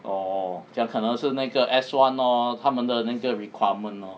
orh 这样可能是那个 S [one] lor 他们的那个 requirement lor